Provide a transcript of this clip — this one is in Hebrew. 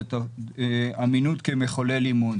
אמינות כמחולל אמון.